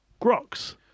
Grox